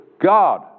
God